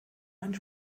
einen